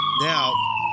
now